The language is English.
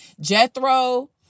Jethro